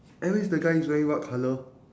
anyways the guy is wearing what colour